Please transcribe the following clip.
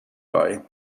bei